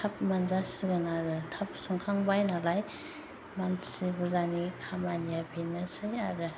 थाब मोनजासिगोन आरो थाब संखांबाय नालाय मानसि बुरजानि खामानिया बेनोसै आरो